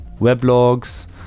weblogs